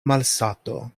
malsato